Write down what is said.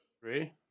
Three